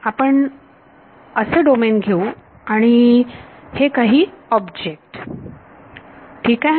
तर आपण असे डोमेन घेऊ आणि हे काही ऑब्जेक्ट ठीक आहे